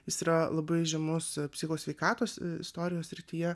jis yra labai žymus psicho sveikatos istorijos srityje